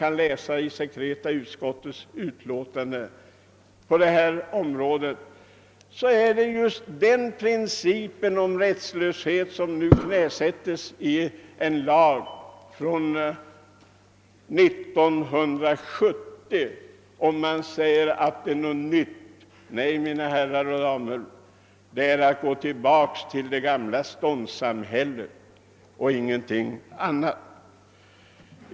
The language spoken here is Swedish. Av secreta utskottets utlåtande framgår att den princip om rättslöshet som nu finns med i en lag av år 1970 redan då var knäsatt. Och så säger man att detta är något nytt. Nej, mina damer och herrar, det är att gå tillbaka till det gamla ståndssamhället och ingenting annat.